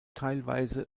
teilweise